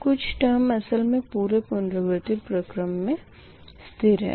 कुछ टर्म असल मे पूरे पुनरावर्ती परक्रम मे स्थिर है